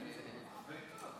בועז, אנחנו במתח.